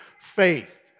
faith